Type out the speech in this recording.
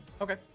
Okay